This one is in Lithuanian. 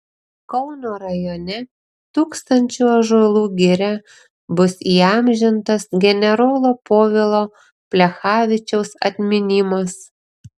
kauno rajone tūkstančių ąžuolų giria bus įamžintas generolo povilo plechavičiaus atminimas